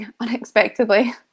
unexpectedly